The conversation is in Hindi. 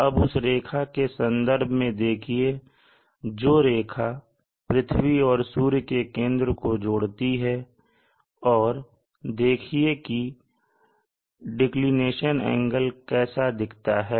अब उस रेखा के संदर्भ में देखिए जो रेखा पृथ्वी और सूर्य के केंद्र को जोड़ती है और देखिए कि डिक्लिनेशन एंगल कैसा दिखता है